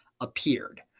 appeared